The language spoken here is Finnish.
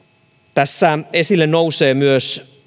tässä esille nousee myös